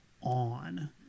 on